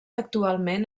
actualment